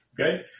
Okay